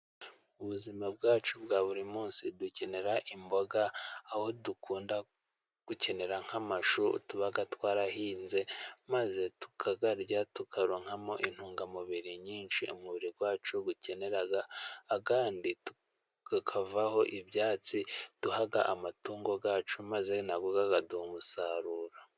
Mu buzima bwacu bwa buri munsi dukenera imboga， aho dukunda gukenera nk'amashu tuba twarahinze， maze tukayarya， tukaronkamo intungamubiri nyinshi， umubiri wacu ukenera， kandi kakavaho ibyatsi duha amatungo yacu， maze nayo akaduha umusaruro.